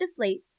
deflates